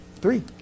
Three